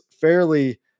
fairly